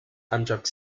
amtrak